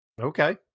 Okay